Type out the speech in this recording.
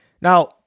Now